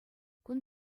кун